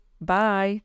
bye